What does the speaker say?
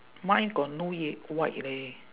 mine got no ye~ white leh